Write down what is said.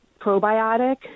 probiotic